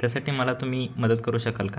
त्यासाठी मला तुम्ही मदत करू शकाल का